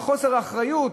בחוסר אחריות,